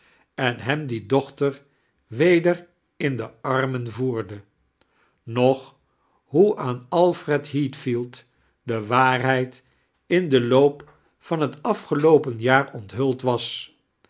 en hem die dochter weder in de armen voeirde noch hoe aan alfred heathfield de waarheid in den loop van het afgeloopen jaar onithuld was